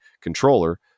controller